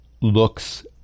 looks